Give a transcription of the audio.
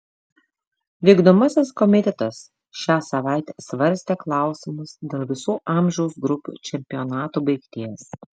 vykdomasis komitetas šią savaitę svarstė klausimus dėl visų amžiaus grupių čempionatų baigties